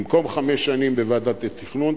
במקום חמש שנים בוועדת התכנון,